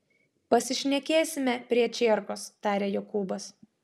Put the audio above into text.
pasišnekėsime prie čierkos tarė jokūbas